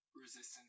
resistance